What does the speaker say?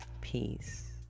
peace